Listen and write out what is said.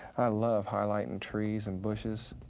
i love highlighting trees and bushes.